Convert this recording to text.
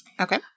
Okay